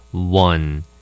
One